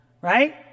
right